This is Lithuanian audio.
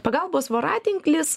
pagalbos voratinklis